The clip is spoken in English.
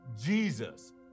Jesus